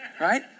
Right